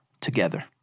together